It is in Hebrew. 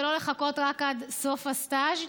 ולא לחכות רק עד סוף הסטאז'.